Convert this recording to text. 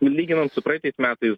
lyginant su praeitais metais